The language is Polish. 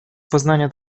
poznania